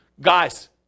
guys